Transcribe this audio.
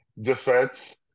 defense